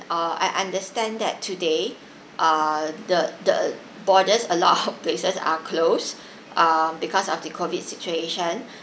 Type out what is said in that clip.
uh I understand that today uh the the borders a lot of places are close uh because of the COVID situation